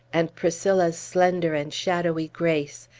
and priscilla's slender and shadowy grace,